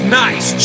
nice